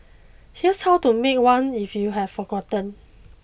here's how to make one if you have forgotten